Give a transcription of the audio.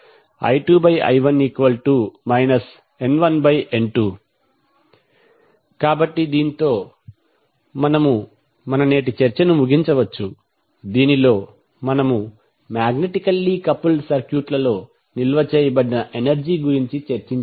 కాబట్టి I2I1 N1N2 కాబట్టి దీనితో మేము మన నేటి చర్చను ముగించవచ్చు దీనిలో మేము మాగ్నెటికల్లీ కపుల్డ్ సర్క్యూట్లలో నిల్వ చేయబడిన ఎనర్జీ గురించి చర్చించాము